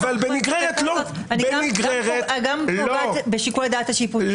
בעיניי --- גם פוגעת בשיקול הדעת השיפוטי.